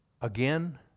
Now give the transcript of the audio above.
again